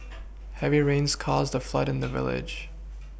heavy rains caused a flood in the village